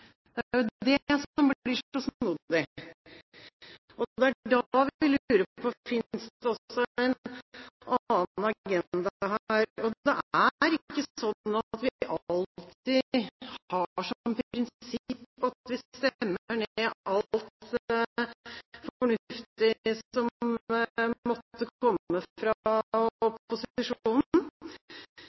det som blir så snodig. Det er da vi lurer på om det også finnes en annen agenda her. Og det er ikke sånn at vi alltid har som prinsipp at vi stemmer ned alt fornuftig som måtte komme fra opposisjonen.